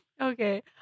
Okay